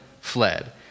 fled